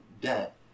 debt